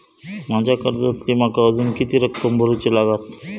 माझ्या कर्जातली माका अजून किती रक्कम भरुची लागात?